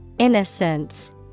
Innocence